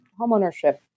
homeownership